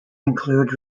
include